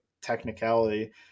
technicality